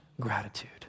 gratitude